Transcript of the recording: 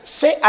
say